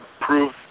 prove